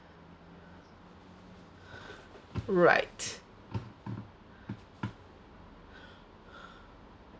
right